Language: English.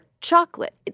chocolate